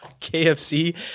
KFC